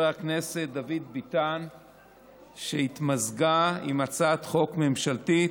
הכנסת דוד ביטן שהתמזגה עם הצעת חוק ממשלתית.